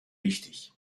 wichtig